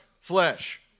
flesh